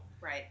Right